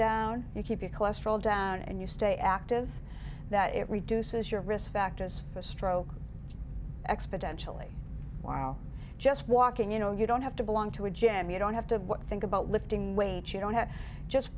down you keep your cholesterol down and you stay active that it reduces your risk factors for stroke exponentially while just walking you know you don't have to belong to a gym you don't have to think about lifting weights you don't have just